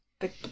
big